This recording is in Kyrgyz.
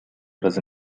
кызы